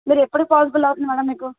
మీరు ఎప్పుడు పాజిబుల్ అవుతుంది మేడం మీకు